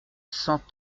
cent